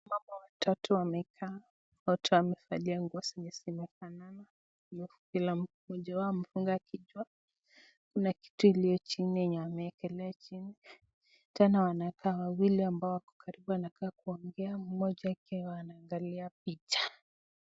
Wamama watatu wamekaa. Wote wamevalia nguo zenye zimefanana. Mmoja wao amefunga kichwa. Kuna kitu iliyochini yenye wameekelea chini. Tena wanakaa wawili ambao wako karibu wanakaa kuongea, mmoja akiwa anaangalia picha.